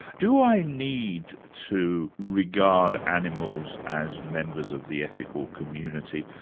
do i need to regard animals as members of the ethical community,